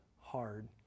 hard